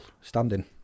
standing